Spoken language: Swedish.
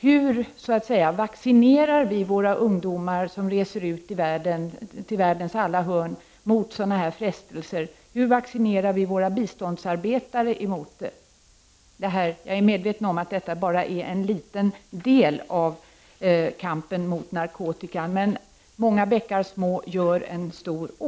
Hur kan vi ”vaccinera” våra ungdomar som reser ut till världens alla hörn mot sådana frestelser? Hur ”vaccinerar” vi våra biståndsarbetare? Jag är medveten om att detta bara är en liten del i kampen mot narkotika, men många bäckar små gör en stor å.